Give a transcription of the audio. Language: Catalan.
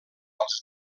als